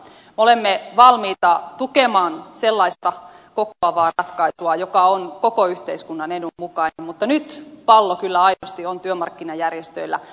olemme valmiita tukemaan sellaista kokoavaa ratkaisua joka on koko yhteiskunnan edun mukainen mutta nyt pallo kyllä aidosti on työmarkkinajärjestöillä